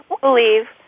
believe